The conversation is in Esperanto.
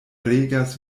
regas